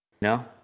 No